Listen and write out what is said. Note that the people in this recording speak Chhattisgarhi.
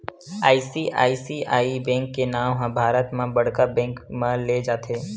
आई.सी.आई.सी.आई बेंक के नांव ह भारत म बड़का बेंक म लेय जाथे